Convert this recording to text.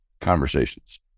conversations